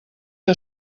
que